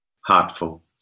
heartful